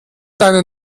deine